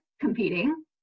Competing